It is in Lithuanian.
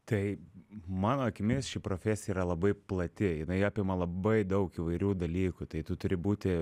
tai mano akimis ši profesija yra labai plati jinai apima labai daug įvairių dalykų tai tu turi būti